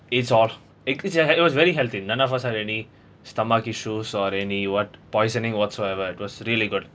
it's all it uh it was very healthy none of us had any stomach issues or any what poisoning whatsoever it was really good